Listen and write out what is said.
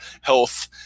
health